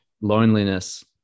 loneliness